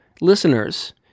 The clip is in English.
listeners